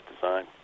design